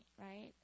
right